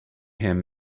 him